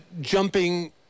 jumping